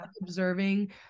observing